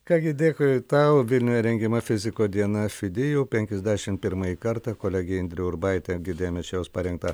ką gi dėkui tau vilniuje rengiama fiziko diena fidi jau penkiasdešim pirmąjį kartą kolegė indrė urbaitė girdėjome iš jos parengtą